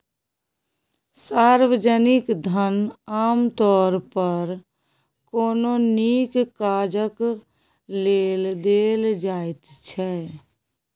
सार्वजनिक धन आमतौर पर कोनो नीक काजक लेल देल जाइत छै